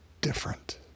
different